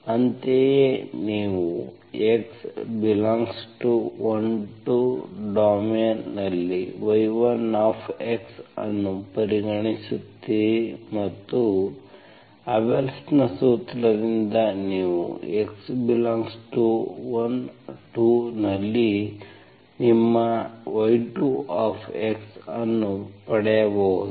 ಅಂತೆಯೇ ನೀವು x∈12 ಡೊಮೇನ್ನಲ್ಲಿ y1 ಅನ್ನು ಪರಿಗಣಿಸುತ್ತೀರಿ ಮತ್ತು ಅಬೆಲ್Abelsನ ಸೂತ್ರದಿಂದ ನೀವು x∈12 ನಲ್ಲಿ ನಿಮ್ಮ y2 ಅನ್ನು ಪಡೆಯಬಹುದು